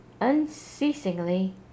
unceasingly